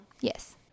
Yes